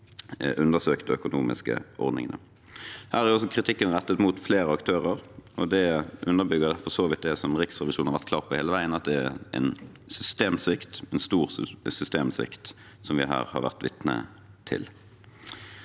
undersøkte økonomiske ordningene Her er også kritikken rettet mot flere aktører, og det underbygger for så vidt det som Riksrevisjonen har vært klar på hele veien, at det er en stor systemsvikt vi her har vært vitne til.